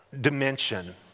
dimension